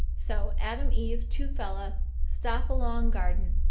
so adam eve two fella stop along garden,